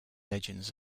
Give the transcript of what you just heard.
legends